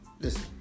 Listen